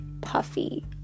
puffy